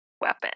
weapon